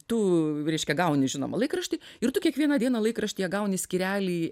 tu reiškia gauni žinomą laikraštį ir tu kiekvieną dieną laikraštyje gauni skyrelį